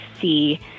see